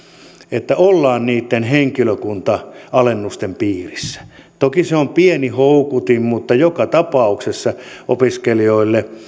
että ollaan niitten henkilökunta alennusten piirissä toki se on pieni houkutin mutta joka tapauksessa opiskelijoille